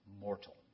mortal